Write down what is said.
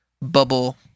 bubble